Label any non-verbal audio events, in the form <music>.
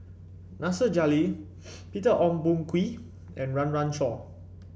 Nasir Jalil <noise> Peter Ong Boon Kwee and Run Run Shaw